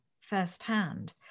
firsthand